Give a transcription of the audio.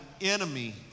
enemy